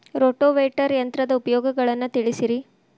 rotavator ಯಂತ್ರದ ಉಪಯೋಗಗಳನ್ನ ತಿಳಿಸಿರಿ